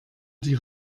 die